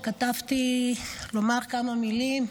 שכתבתי כדי לומר כמה מילים,